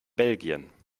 belgien